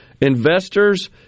Investors